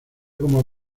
como